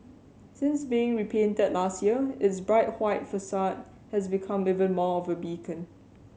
since being repainted that last year its bright white facade has become even more of a beacon